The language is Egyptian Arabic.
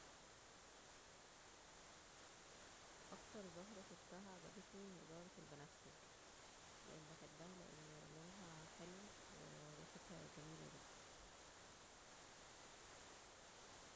اكتر زهرة شوفتها عجبتني هي زهرة البنفسج بحبها لأن لونها حلو وريحتها جميلة جدا